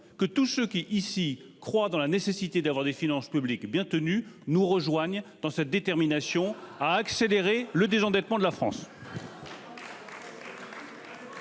que tous ceux qui ici croit dans la nécessité d'avoir des finances publiques bien tenues nous rejoignent dans sa détermination à accélérer le désendettement de la France.